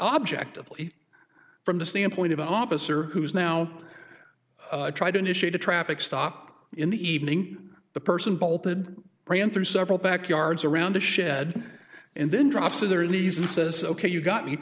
objectively from the standpoint of an officer who's now i try to initiate a traffic stop in the evening the person bolted ran through several backyards around a shed and then drops in their knees and says ok you got me